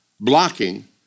blocking